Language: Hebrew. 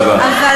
תודה רבה, גברתי.